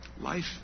Life